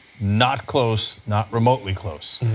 not close, not remotely close.